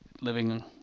living